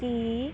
ਕਿ